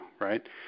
right